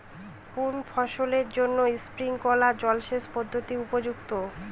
কোন ফসলের জন্য স্প্রিংকলার জলসেচ পদ্ধতি উপযুক্ত?